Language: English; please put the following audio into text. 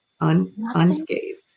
unscathed